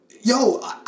yo